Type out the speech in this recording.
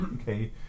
okay